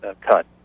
cut